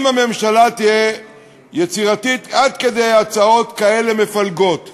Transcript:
אם הממשלה תהיה יצירתית עד כדי הצעות מפלגות כאלה,